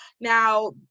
Now